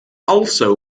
also